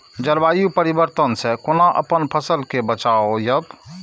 जलवायु परिवर्तन से कोना अपन फसल कै बचायब?